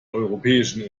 europäischen